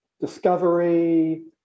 discovery